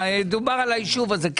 דובר על היישוב הזה.